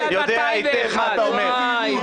אני יודע היטב מה אתה אומר -- 197